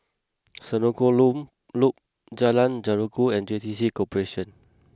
Senoko Loop Loop Jalan Jeruju and J T C Corporation